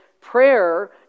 prayer